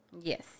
Yes